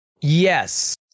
Yes